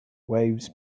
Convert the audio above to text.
waves